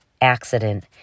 accident